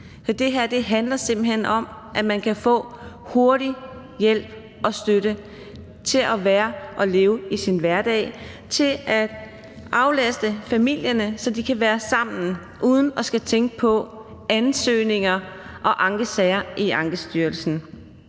det her handler simpelt hen om, at man kan få hurtig hjælp og støtte til at være og leve i sin hverdag og til at aflaste familierne, så de kan være sammen uden at skulle tænke på ansøgninger og ankesager i Ankestyrelsen.